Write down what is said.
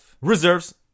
Reserves